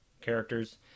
characters